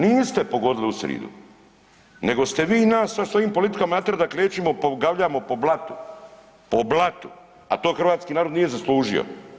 Niste pogodili u sridu nego ste vi nas sa svojim politikama natjerali da klečimo, pogavljamo po blatu, po blatu, a to hrvatski narod nije zaslužio.